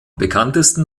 bekanntesten